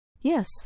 Yes